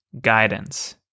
guidance